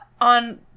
on